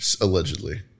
Allegedly